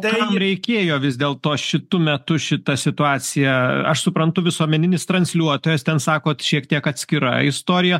kam reikėjo vis dėl to šitu metu šitą situaciją aš suprantu visuomeninis transliuotojas ten sakot šiek tiek atskira istorija